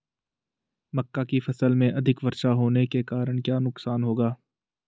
मक्का की फसल में अधिक वर्षा होने के कारण क्या नुकसान होगा?